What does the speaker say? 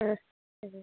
ओ